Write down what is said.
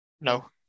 No